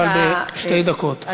אבל בשתי דקות,